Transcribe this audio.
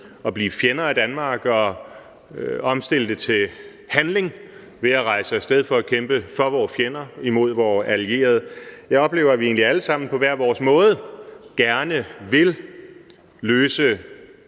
at blive fjender af Danmark og omsætte det til handling ved at rejse af sted for at kæmpe for vore fjerner imod vore allierede. Jeg oplever, at vi egentlig alle sammen på hver vores måde gerne vil løse